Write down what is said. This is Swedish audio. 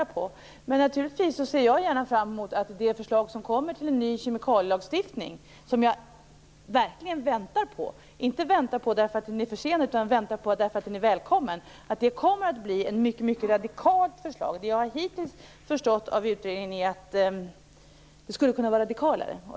Men jag ser naturligtvis fram emot att det förslag till en ny kemikalielagstiftning som kommer - och det väntar jag verkligen på, inte för att det är försenat utan för att det är välkommet - och hoppas att det blir ett mycket radikalt förslag. Det jag hittills förstått av utredningen är att det skulle kunna vara radikalare.